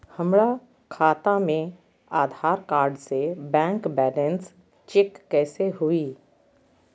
हमरा खाता में आधार कार्ड से बैंक बैलेंस चेक कैसे हुई?